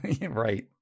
right